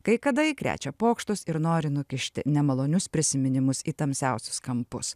kai kada ji krečia pokštus ir nori nukišti nemalonius prisiminimus į tamsiausius kampus